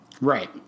Right